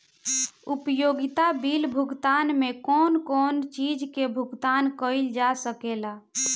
उपयोगिता बिल भुगतान में कौन कौन चीज के भुगतान कइल जा सके ला?